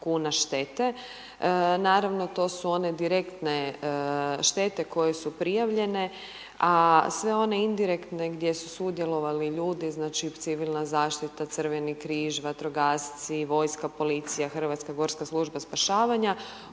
kuna štete. Naravno, to su one direktne štete koje su prijavljene, a sve one indirektne gdje su sudjelovali ljudi, dakle, civilna zaštita, Crveni križ, vatrogasci, vojska, policija, HSSS u ovom iznosu nisu